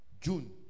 June